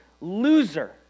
Loser